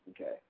Okay